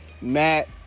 Matt